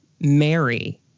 Mary